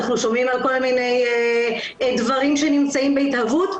אנחנו שומעים על כל מיני דברים שנמצאים בהתהוות,